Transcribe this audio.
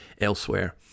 elsewhere